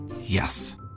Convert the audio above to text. Yes